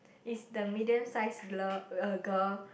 is the medium size uh girl